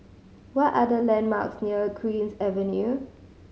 what are the landmarks near Queen's Avenue